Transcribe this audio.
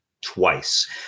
twice